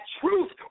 truth